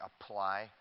apply